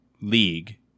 league